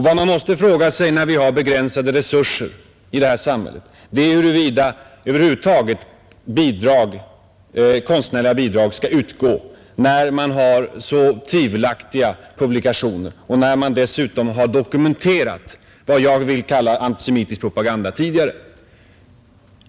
Vad man måste fråga sig med tanke på att vi har begränsade resurser i detta samhälle är huruvida över huvud taget konstnärliga bidrag skall utgå till dessa tvivelaktiga publikationer, där man dessutom tidigare har dokumenterat vad jag vill kalla antisemitisk propaganda.